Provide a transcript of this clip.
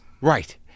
right